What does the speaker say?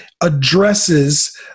addresses